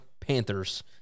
Panthers